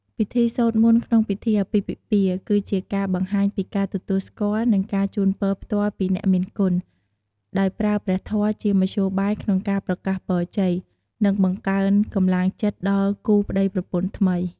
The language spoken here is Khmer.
ពិធីសូត្រមន្តក្នុងពិធីអាពាហ៍ពិពាហ៍ គឺជាការបង្ហាញពីការទទួលស្គាល់ និងការជូនពរផ្ទាល់ពីអ្នកមានគុណ ដោយប្រើព្រះធម៌ជាមធ្យោបាយក្នុងការប្រកាសពរជ័យ និងបង្កើនកម្លាំងចិត្តដល់គូប្ដីប្រពន្ធថ្មី។